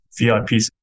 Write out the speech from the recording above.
VIPs